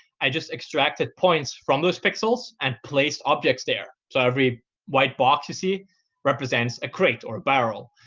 i just extracted points from those pixels and placed objects there. so every white box see represents a crate or a barrel.